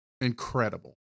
Incredible